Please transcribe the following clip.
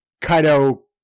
Kaido